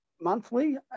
monthly